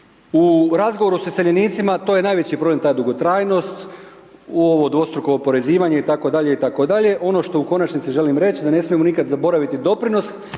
U razgovoru s iseljenicima, to je najveći problem, ta dugotrajnost u ovo dvostruko oporezivanje itd., itd., ono što u konačnosti želim reć da ne smijemo nikada zaboraviti doprinos